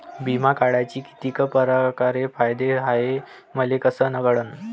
बिमा काढाचे कितीक परकारचे फायदे हाय मले कस कळन?